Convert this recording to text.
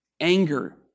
anger